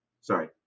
sorry